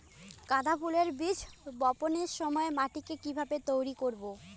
গাদা ফুলের বীজ বপনের সময় মাটিকে কিভাবে তৈরি করব?